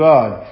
God